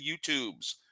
youtubes